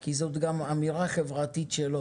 כי זאת גם אמירה חברתית שלו.